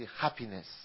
happiness